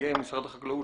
נציגי משרד החקלאות,